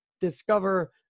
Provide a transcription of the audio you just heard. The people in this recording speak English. discover